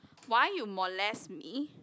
why you molest me